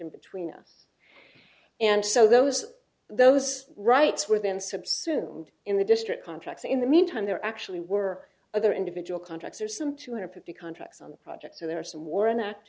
in between us and so those those rights were then subsumed in the district contracts in the meantime there actually were other individual contracts or some two hundred fifty contracts on the project so there are some were an act